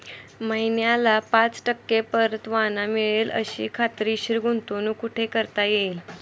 महिन्याला पाच टक्के परतावा मिळेल अशी खात्रीशीर गुंतवणूक कुठे करता येईल?